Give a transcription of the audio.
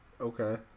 okay